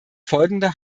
folgende